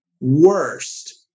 worst